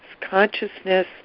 Consciousness